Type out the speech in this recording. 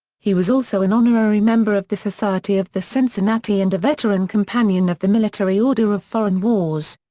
he was also an honorary member of the society of the cincinnati and a veteran companion of the military order of foreign wars.